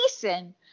Jason